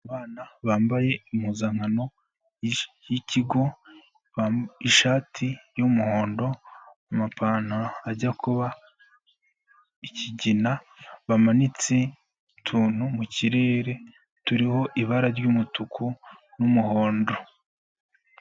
Abana bambaye impuzankano y'ikigo, ishati y'umuhondo, amapantaro ajya kuba ikigina, bamanitse utuntu mu kirere turiho ibara ry'umutuku n'umuhondo.